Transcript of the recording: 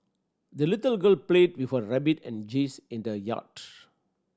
the little girl played with her rabbit and geese in the yard